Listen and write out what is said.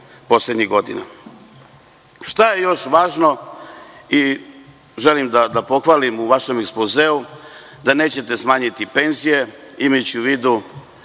poslednjih godina. Šta je još važno i želim da pohvalim u vašem ekspozeu, da nećete smanjiti penzije, imajući u vidu